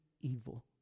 evil